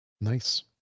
nice